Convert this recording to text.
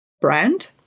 brand